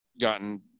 gotten